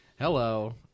Hello